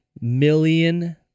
million